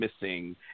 missing